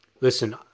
listen